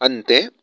अन्ते